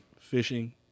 fishing